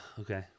okay